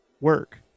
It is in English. work